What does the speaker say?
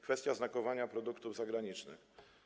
Kwestia znakowania produktów zagranicznych.